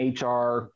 HR